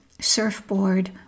surfboard